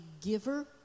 giver